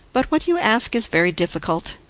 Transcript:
but what you ask is very difficult.